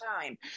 time